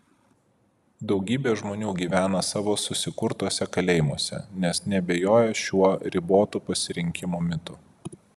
daugybė žmonių gyvena savo susikurtuose kalėjimuose nes neabejoja šiuo ribotų pasirinkimų mitu